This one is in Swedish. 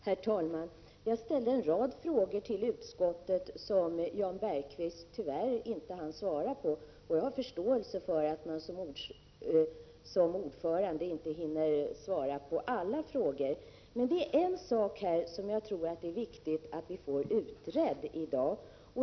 Herr talman! Jag ställde till utskottets talesman en rad frågor, som Jan Bergqvist tyvärr inte hann svara på. Jag har förståelse för att man som ordförande inte hinner svara på alla frågor, men en sak tror jag det är viktigt att vi reder ut här i dag.